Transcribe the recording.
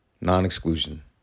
non-exclusion